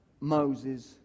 Moses